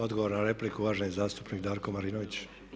Odgovor na repliku, uvaženi zastupnik Darko Milinović.